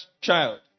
child